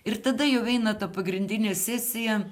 ir tada jau eina ta pagrindinė sesija